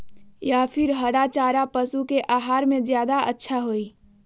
या फिर हरा चारा पशु के आहार में ज्यादा अच्छा होई?